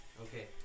Okay